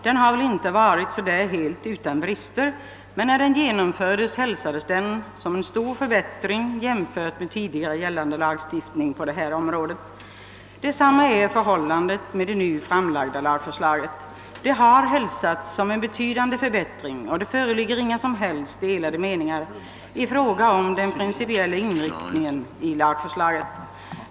Den har inte varit så där helt utan brister. När den genomfördes hälsades den som en stor förbättring jämfört med tidigare gällande lagstiftning på detta område. Detsamma är förhållandet med det nu framlagda lagförslaget. Det har hälsats som en betydande förbättring, och det föreligger inga som helst delade meningar i fråga om den principiella inriktningen i lagförslaget.